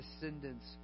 descendants